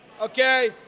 Okay